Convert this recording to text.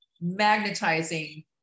magnetizing